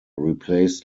replaced